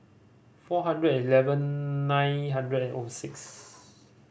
four hundred eleven nine hundred and O six